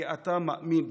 כי אתה מאמין בזה.